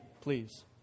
please